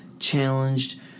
Challenged